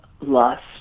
lust